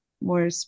more